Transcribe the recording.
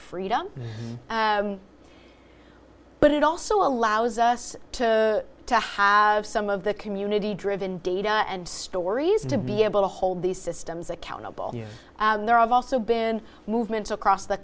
freedom but it also allows us to to have some of the community driven data and stories to be able to hold these systems accountable there i've also been movements across the